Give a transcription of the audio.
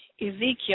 Ezekiel